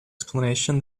explanation